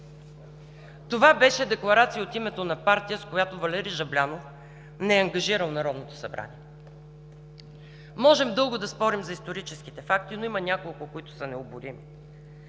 това беше декларация от името на партия, с която Валери Жаблянов не е ангажирал Народното събрание. Можем дълго да спорим за историческите факти, но има няколко, които са необорими.